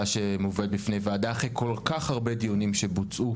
שמובאת בפני ועדה אחרי כל כך הרבה דיונים שבוצעו,